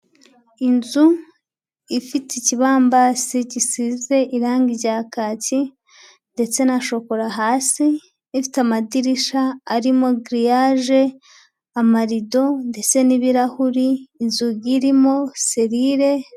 Inzu ifite ikibambasi gisize irangi rya kaki ndetse na shokora hasi, ifite amadirisha arimo giriaje, amarido ndetse n'ibirahuri inzugi irimo serire.